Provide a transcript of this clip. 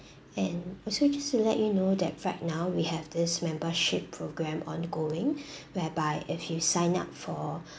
and also just to let you know that right now we have this membership programme ongoing whereby if you sign up for